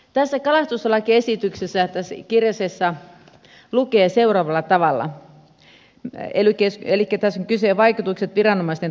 tässä kalastuslakiesityksessä tässä kirjasessa lukee seuraavalla tavalla elikkä vaikutukset viranomaisten toimintaan